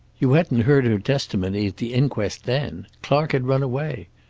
you hadn't heard her testimony at the inquest then. clark had run away.